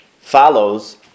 follows